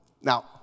Now